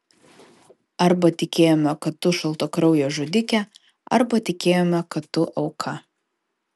arba tikėjome kad tu šaltakraujė žudikė arba tikėjome kad tu auka